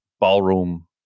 ballroom